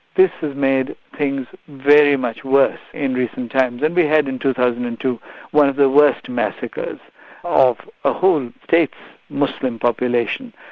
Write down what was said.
this has made very much worse in recent times. then we had in two thousand and two one of the worst massacres of a whole state's muslim population,